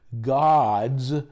gods